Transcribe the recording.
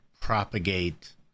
propagate